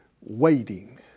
waiting